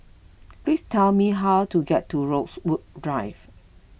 please tell me how to get to Rosewood Drive